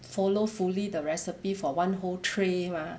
follow fully the recipe for one whole tray mah